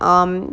um